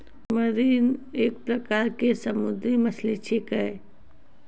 marine एक प्रकार के समुद्री मछली छेकै